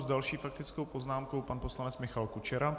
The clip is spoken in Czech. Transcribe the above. S další faktickou poznámkou pan poslanec Michal Kučera.